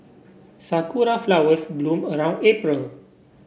Sakura flowers bloom around April